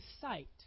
sight